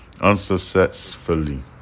Unsuccessfully